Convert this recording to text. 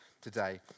today